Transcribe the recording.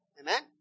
Amen